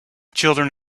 children